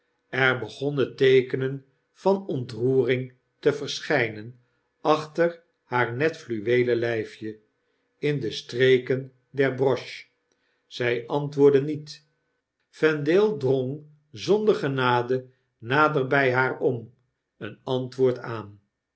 er begonnen teekenen van ontroering te verschynen achter haar net fluweelen lyfje in de streken der broche zy antwoordde niet vendaie drong zonder genade nader by haar om een antwoord aan